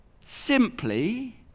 simply